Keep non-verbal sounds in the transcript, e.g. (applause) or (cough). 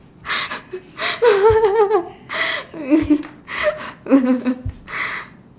(laughs)